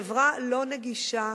חברה לא נגישה,